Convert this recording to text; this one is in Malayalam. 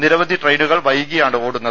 നിരവധി ട്രെയിനുകൾ വൈകിയാണ് ഓടുന്നത്